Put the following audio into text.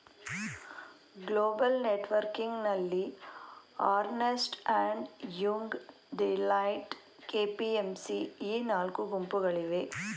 global ನೆಟ್ವರ್ಕಿಂಗ್ನಲ್ಲಿ Ernst and Young, Deloitte, KPMG ಈ ನಾಲ್ಕು ಗುಂಪುಗಳಿವೆ